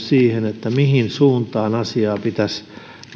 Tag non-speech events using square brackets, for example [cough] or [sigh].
[unintelligible] siihen että mihin suuntaan asiaa pitäisi